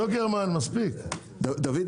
דוד,